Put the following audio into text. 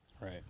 Right